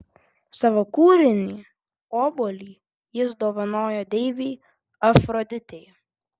savo kūrinį obuolį jis dovanojo deivei afroditei